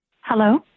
hello